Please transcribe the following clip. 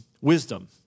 wisdom